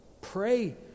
Pray